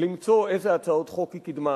למצוא איזה הצעות חוק היא קידמה,